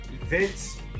events